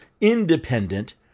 independent